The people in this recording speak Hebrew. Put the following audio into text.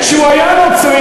כשהוא היה נוצרי,